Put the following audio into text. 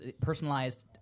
personalized